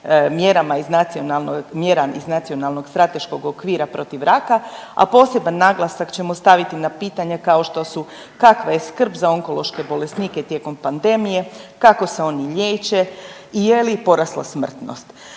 mjerama iz Nacionalnog strateškog okvira protiv raka, a poseban naglasak ćemo staviti na pitanja kao što su kakva je skrb za onkološke bolesnike tijekom pandemije, kako se oni liječe i je li porasla smrtnost.